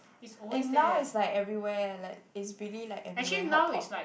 and now is like everywhere like is really like everywhere hot pot